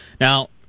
Now